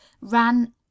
ran